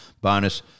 bonus